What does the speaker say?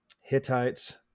hittites